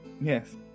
Yes